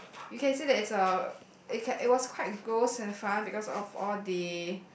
you can say that it's a it can it was quite close and far because of the